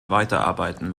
weiterarbeiten